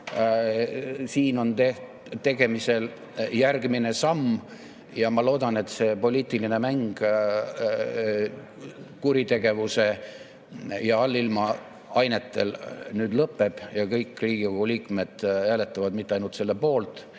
Siin on tegemisel järgmine samm ja ma loodan, et see poliitiline mäng kuritegevuse ja allilma ainetel nüüd lõppeb ja kõik Riigikogu liikmed hääletavad mitte ainult selle poolt,